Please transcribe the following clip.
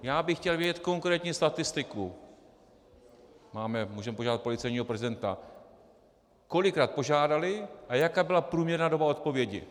Já bych chtěl vidět konkrétně statistiku, můžeme požádat policejního prezidenta, kolikrát požádali a jaká byla průměrná doba odpovědi.